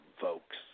folks